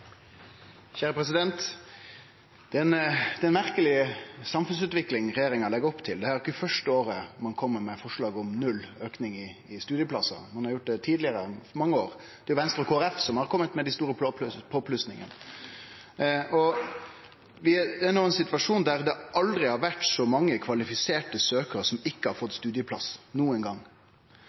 merkeleg samfunnsutvikling regjeringa legg opp til. Det er ikkje første året ein kjem med forslag om null auke i talet på studieplassar. Ein har gjort det tidlegare i mange år. Det er Venstre og Kristeleg Folkeparti som har kome med dei store påplussingane. Vi er no i ein situasjon der det aldri nokon gong før har vore så mange kvalifiserte søkjarar som ikkje har fått studieplass,